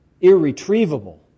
irretrievable